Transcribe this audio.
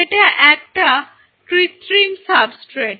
যেটা একটা কৃত্রিম সাবস্ট্রেট